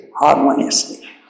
harmoniously